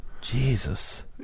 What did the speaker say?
jesus